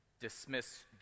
dismiss